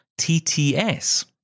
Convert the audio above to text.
TTS